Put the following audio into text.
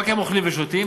רק הם אוכלים ושותים,